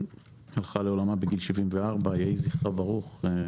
הלכה לעולמה בגיל 74, יהי זכרה ברוך.